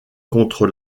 contre